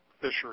fishery